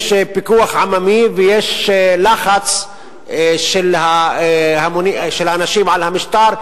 יש פיקוח עממי ויש לחץ של האנשים על המשטר,